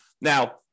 Now